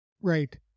Right